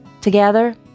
Together